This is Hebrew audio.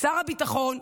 שר הביטחון,